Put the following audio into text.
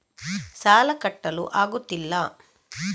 ಸಾಲ ಕಟ್ಟಲು ಆಗುತ್ತಿಲ್ಲ